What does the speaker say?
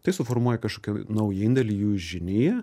tai suformuoja kažkokį naują indėlį į jų žiniją